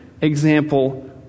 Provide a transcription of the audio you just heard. example